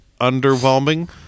underwhelming